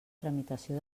tramitació